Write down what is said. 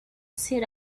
sit